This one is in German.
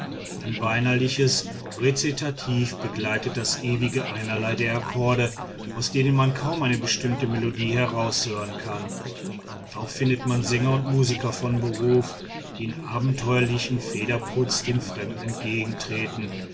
ein weinerliches rezitativ begleitet das ewige einerlei der akkorde aus denen man kaum eine bestimmte melodie heraushören kann auch findet man sänger und musiker von beruf die in abenteuerlichen federputz den fremden entgegentreten